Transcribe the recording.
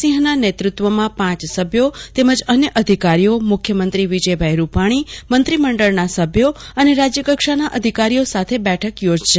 સિંહના નેતૃત્વમાં પાંચ સભ્યો તેમજ અન્ય અધિકારીઓ મુખ્યમંત્રી વિજય રૂપાછી મંત્રીમંડળના સભ્યો અને રાજ્યકક્ષાના અધિકારીઓ સાથે બેઠક યોજશે